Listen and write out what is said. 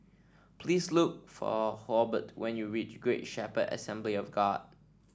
please look for Hobart when you reach Great Shepherd Assembly of God